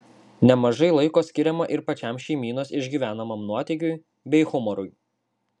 nemažai laiko skiriama ir pačiam šeimynos išgyvenamam nuotykiui bei humorui